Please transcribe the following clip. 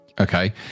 okay